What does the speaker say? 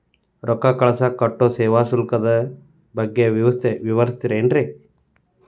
ರೊಕ್ಕ ಕಳಸಾಕ್ ಕಟ್ಟೋ ಸೇವಾ ಶುಲ್ಕದ ಬಗ್ಗೆ ವಿವರಿಸ್ತಿರೇನ್ರಿ?